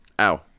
Ow